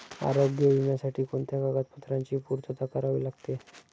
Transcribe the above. आरोग्य विम्यासाठी कोणत्या कागदपत्रांची पूर्तता करावी लागते?